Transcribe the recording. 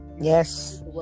Yes